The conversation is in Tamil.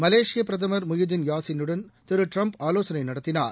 மலேசிய பிரதமர் முயுதீன் யாசினுடன் திரு டிரம்ப் ஆவோசனை நடத்தினார்